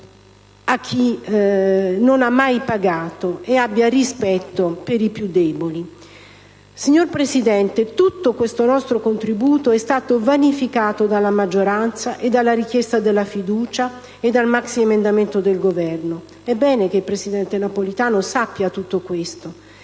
chi non ha mai pagato e abbia rispetto per i più deboli. Signor Presidente, tutto questo nostro contributo è stato vanificato dalla maggioranza e dalla richiesta della fiducia e dal maxiemendamento del Governo. È bene che il presidente Napolitano sappia tutto questo.